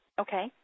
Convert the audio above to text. Okay